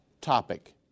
topic